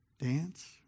Dance